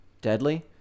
deadly